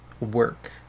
work